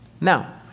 Now